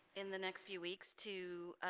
in the next few weeks to